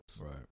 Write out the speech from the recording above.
Right